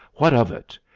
what of it?